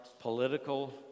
political